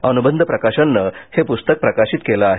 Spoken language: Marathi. अनुबंध प्रकाशननं हे पुस्तक प्रकाशित केलं आहे